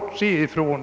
social synpunkt.